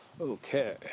Okay